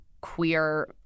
queer